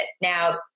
Now